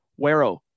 Wero